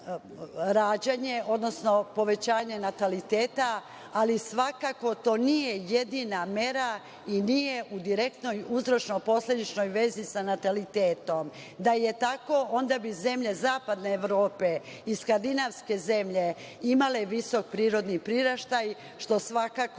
odnosno povećanje nataliteta, ali svakako to nije jedina mera i nije u direktnoj uzročno-posledično vezi sa natalitetom. Da je tako, onda bi zemlje Zapadne Evrope i Skandinavske zemlje, imale visok prirodni priraštaj, što svakako